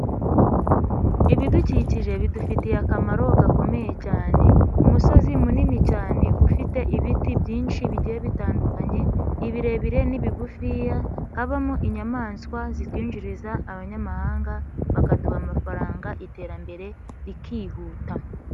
lbidukikije bidufitiye akamaro gakomeye cyane, umusozi munini cyane ufite ibiti byinshi bigiye bitandukanye ,ibirebire n'ibigufiya, habamo inyamaswa zitwinjiriza abanyamahanga ,bakaduha amafaranga iterambere rikihuta.